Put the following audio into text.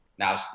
Now